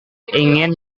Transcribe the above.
ingin